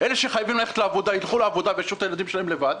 אלה שחייבים ללכת לעבודה ילכו לעבודה וישאירו את הילדים שלהם לבד.